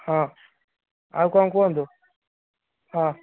ହଁ ଆଉ କ'ଣ କୁହନ୍ତୁ ହଁ